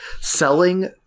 selling